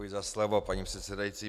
Děkuji za slovo, paní předsedající.